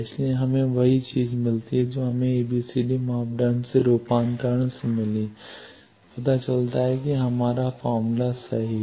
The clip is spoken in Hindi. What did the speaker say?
इसलिए हमें वही चीज़ मिलती है जो हमें ABCD मापदंड से रूपांतरण से मिली है जिससे पता चलता है कि हमारा फॉर्मूला सही है